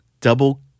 Double